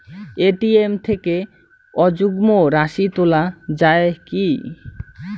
ATM থেকে অযুগ্ম রাশি তোলা য়ায় কি?